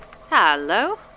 hello